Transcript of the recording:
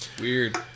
Weird